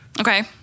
Okay